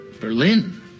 Berlin